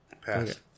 Pass